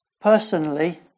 personally